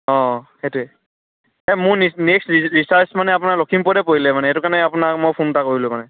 অঁ সেইটোৱে এই মোৰ ৰিচাৰ্জ মানে আপোনাৰ লখিমপুৰতে পৰিলে মানে এইটো কাৰণে আপোনাক মই ফোন এটা কৰিলোঁ মানে